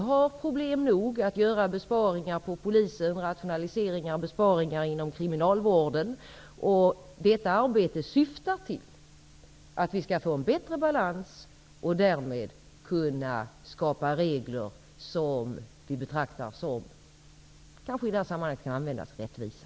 Det är problem nog att göra besparingar och rationaliseringar inom polisen och kriminalvården. Detta arbete syftar till en bättre balans och till regler som kan betraktas som rättvisa.